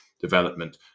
development